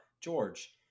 George